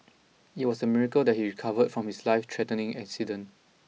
it was a miracle that he recovered from his lifethreatening accident